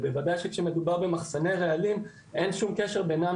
ובוודאי שכשמדובר במחסני רעלים אין שום קשר בינים